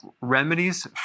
remedies